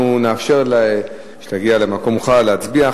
אנחנו נאפשר שתגיע למקומך להצביע.